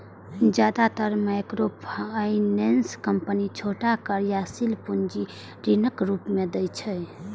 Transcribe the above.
जादेतर microfinance company छोट कार्यशील पूंजी ऋणक रूप मे दै छै